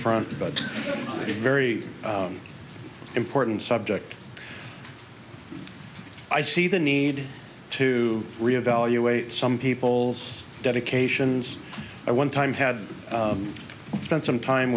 front but a very important subject i see the need to re evaluate some people's dedications i one time had spent some time